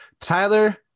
Tyler